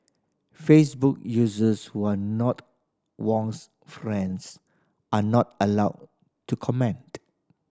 facebook users who are not Wong's friends are not allowed to comment